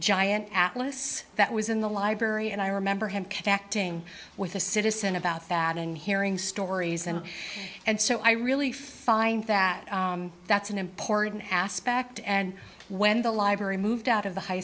giant atlas that was in the library and i remember him connecting with a citizen about that in hearing stories and and so i really find that that's an important aspect and when the library moved out of the high